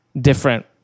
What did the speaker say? different